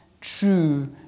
true